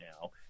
now